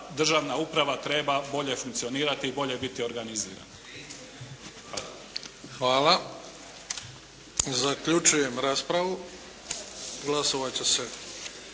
državna uprava treba bolje funkcionirati i bolje biti organizirana. Hvala. **Bebić, Luka (HDZ)** Hvala.